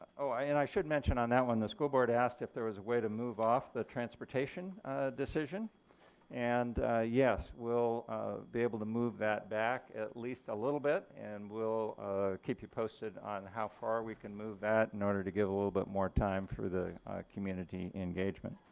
ah and i should mention on that one that the school board asked if there was a way to move off the transportation decision and yes, we'll be able to move that back at least a little bit and will keep you posted on how far we can move that in order to give a little bit more time for the community engagement.